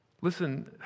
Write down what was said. Listen